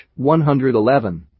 111